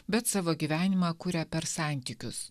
bet savo gyvenimą kuria per santykius